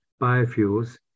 biofuels